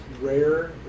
rare